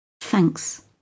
Thanks